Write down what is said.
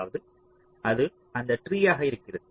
அதாவது அது அந்த ட்ரீஆக இருக்கிறது